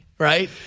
Right